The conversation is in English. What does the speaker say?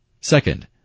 Second